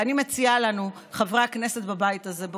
ואני מציעה לנו, חברי הכנסת בבית הזה,